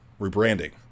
rebranding